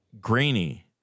grainy